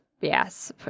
yes